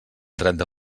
trenta